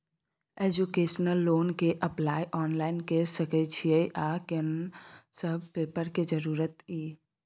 Education loan के apply online के सके छिए आ कोन सब पेपर के जरूरत इ?